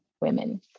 women